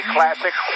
Classic